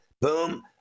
Boom